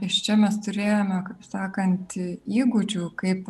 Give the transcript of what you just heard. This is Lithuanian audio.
iš čia mes turėjome kaip sakanti įgūdžių kaip